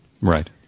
Right